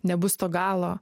nebus to galo